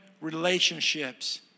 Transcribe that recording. relationships